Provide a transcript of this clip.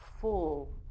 full